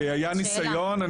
היה ניסיון,